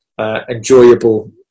enjoyable